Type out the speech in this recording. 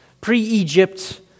pre-Egypt